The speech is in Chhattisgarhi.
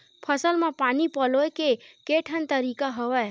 फसल म पानी पलोय के केठन तरीका हवय?